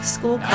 School